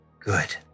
Good